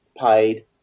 paid